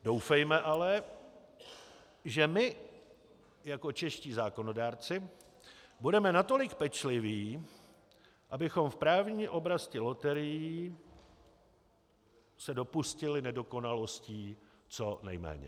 Doufejme ale, že my jako čeští zákonodárci budeme natolik pečliví, abychom v právní oblasti loterii se dopustili nedokonalostí co nejméně.